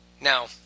Now